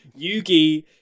Yugi